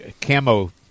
camo